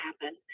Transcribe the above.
happen